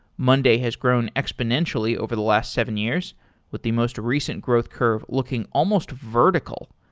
monday has grown exponentially over the last seven years with the most recent growth curve looking almost vertical.